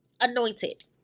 anointed